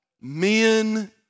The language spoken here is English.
Men